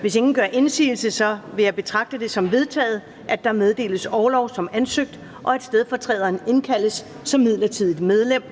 Hvis ingen gør indsigelse, vil jeg betragte det som vedtaget, at der meddeles orlov som ansøgt, og at stedfortræderen indkaldes som midlertidigt medlem.